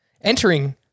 entering